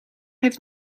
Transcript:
heeft